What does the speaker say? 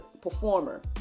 performer